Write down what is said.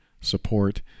support